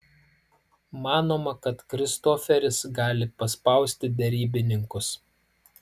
manoma kad kristoferis gali paspausti derybininkus